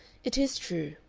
it is true.